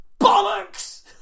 bollocks